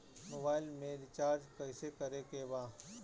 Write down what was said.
Mobile में recharge कइसे करे के बा?